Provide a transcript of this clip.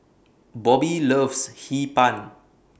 Bobbi loves Hee Pan